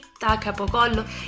capocollo